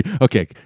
Okay